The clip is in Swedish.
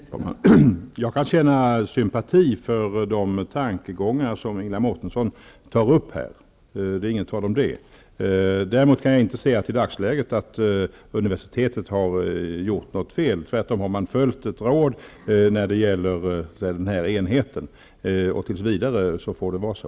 Fru talman! Jag kan känna sympati för de tankegångar som Ingela Mårtensson här tar upp. Det råder inget tvivel om det. Däremot kan jag inte i dagsläget se att universitetet har gjort något fel. Tvärtom har man följt ett råd när det gäller den här enheten. Tills vidare får det vara så.